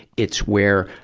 it's where,